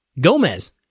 Gomez